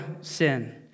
sin